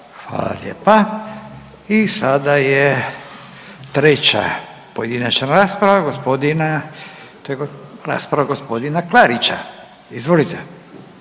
Hvala lijepa. I sada je 3. pojedinačna rasprava gospodina, to je rasprava g. Klarića, izvolite.